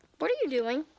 what are you doing?